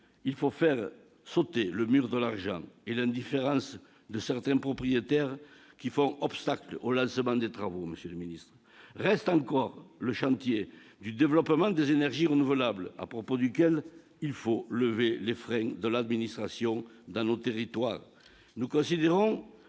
Il faut faire sauter le mur de l'argent et l'indifférence de certains propriétaires qui font obstacle au lancement des travaux. Reste, enfin, le chantier du développement des énergies renouvelables, où nous devons lever les freins de l'administration dans nos territoires.